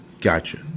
Gotcha